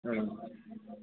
ꯎꯝ